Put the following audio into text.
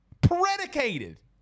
Predicated